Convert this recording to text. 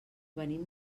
venim